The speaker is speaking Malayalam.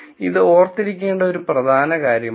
അതിനാൽ ഇത് ഓർത്തിരിക്കേണ്ട ഒരു പ്രധാന കാര്യമാണ്